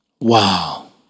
Wow